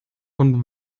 und